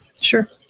Sure